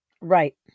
Right